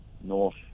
north